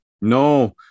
No